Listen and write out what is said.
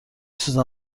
سوزم